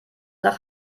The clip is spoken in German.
nach